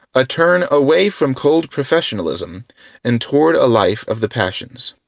a turn away from cold professionalism and toward a life of the passions.